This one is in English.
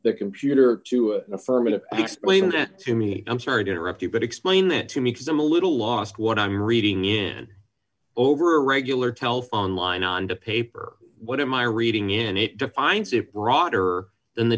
the computer to an affirmative explained to me i'm sorry to interrupt you but explain that to me because i'm a little lost what i'm reading in over a regular telephone line on the paper what am i reading in it defines it broader than the